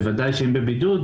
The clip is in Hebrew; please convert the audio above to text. בוודאי שאם בבידוד,